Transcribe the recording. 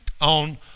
on